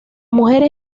mujeres